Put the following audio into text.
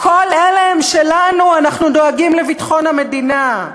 כל אלה הם שלנו, אנחנו דואגים לביטחון המדינה.